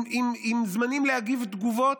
עם זמנים של שעות להגיב תגובות: